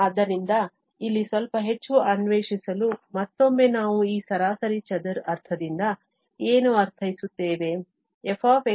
ಆದ್ದರಿಂದ ಇಲ್ಲಿ ಸ್ವಲ್ಪ ಹೆಚ್ಚು ಅನ್ವೇಷಿಸಲು ಮತ್ತೊಮ್ಮೆ ನಾವು ಈ ಸರಾಸರಿ ಚದರ ಅರ್ಥದಿಂದ ಏನು ಅರ್ಥೈಸುತ್ತೇವೆ